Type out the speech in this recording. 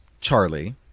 Charlie